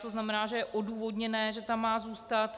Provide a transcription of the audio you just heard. To znamená, že je odůvodněné, že tam má zůstat.